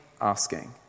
asking